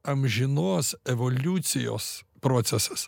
amžinos evoliucijos procesas